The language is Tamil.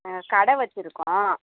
ஆ கடை வச்சுருக்கோம்